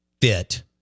fit